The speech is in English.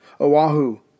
Oahu